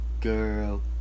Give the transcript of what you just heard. Girl